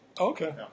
Okay